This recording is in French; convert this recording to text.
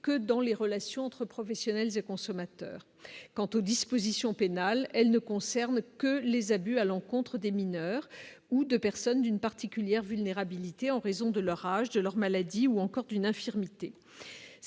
Que dans les relations entre professionnels et consommateurs quant aux dispositions pénales, elle ne concerne que les abus à l'encontre des mineurs ou de personnes, d'une particulière vulnérabilité en raison de leur âge, de leur maladie ou encore d'une infirmité